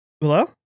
Hello